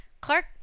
Clark